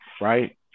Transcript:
right